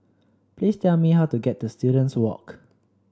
please tell me how to get to Students Walk